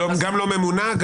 גם לא ממונה?